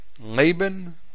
Laban